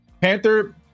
Panther